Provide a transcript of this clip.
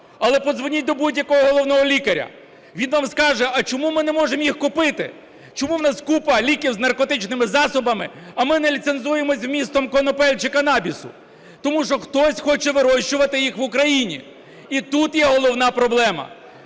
Але подзвоніть до будь-якого головного лікаря. Він вам скаже, а чому ми не можемо їх купити? Чому у нас купа ліків з наркотичними засобами, а ми не ліцензуємо зі змістом конопель чи канабісу? Тому що хтось хоче вирощувати їх в Україні. І тут є головна проблема.